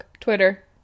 Twitter